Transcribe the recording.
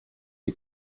die